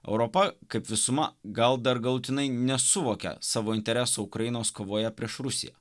europa kaip visuma gal dar galutinai nesuvokia savo interesų ukrainos kovoje prieš rusiją